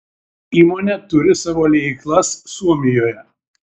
įmonė turi savo liejyklas suomijoje